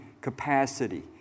capacity